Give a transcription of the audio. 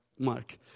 Mark